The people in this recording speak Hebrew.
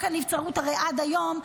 הרי עד היום,